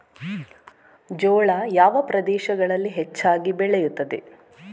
ಜೋಳ ಯಾವ ಪ್ರದೇಶಗಳಲ್ಲಿ ಹೆಚ್ಚಾಗಿ ಬೆಳೆಯುತ್ತದೆ?